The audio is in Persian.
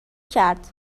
کرد